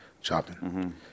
Chopping